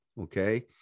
Okay